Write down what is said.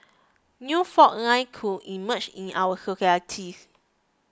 new fault line could emerge in our societies